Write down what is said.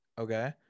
Okay